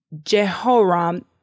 Jehoram